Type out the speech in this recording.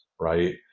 right